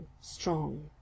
strong